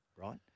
right